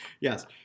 Yes